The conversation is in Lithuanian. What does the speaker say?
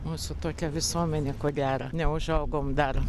mūsų tokia visuomenė ko gero neužaugom dar